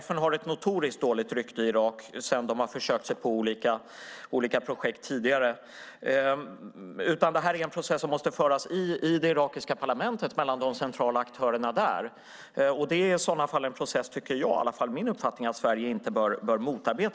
FN har ett notoriskt dåligt rykte i Irak sedan de har försökt sig på olika projekt tidigare. Det här är en process som måste föras i det irakiska parlamentet mellan de centrala aktörerna där. Det är i så fall en process, det är min uppfattning, som Sverige inte bör motarbeta.